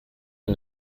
you